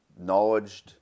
knowledge